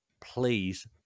please